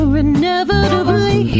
inevitably